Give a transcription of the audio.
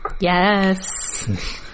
Yes